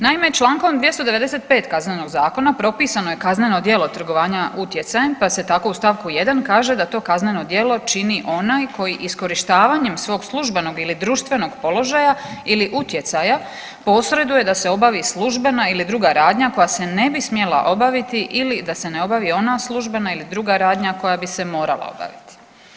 Naime, čl. 295 Kaznenog zakona, propisano je kazneno djelo trgovanja utjecajem, pa se tako u st. 1 kaže da to kazneno djelo čini onaj koji iskorištavanjem svog službenog ili društvenog položaja ili utjecaja posreduje da se obavi službena ili druga radnja koja se ne bi smjela obaviti ili da se ne obavi ona službena ili druga radnja koja bi se morala obaviti.